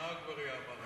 מה אגבאריה אמר?